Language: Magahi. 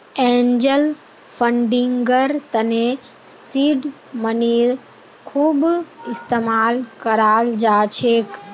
एंजल फंडिंगर तने सीड मनीर खूब इस्तमाल कराल जा छेक